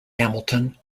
hamilton